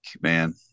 man